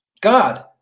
God